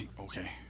Okay